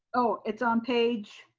oh, it's on page